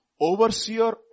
overseer